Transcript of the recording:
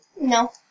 No